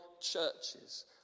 churches